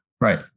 Right